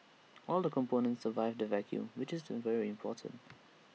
all the components survived the vacuum which is very important